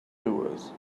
doers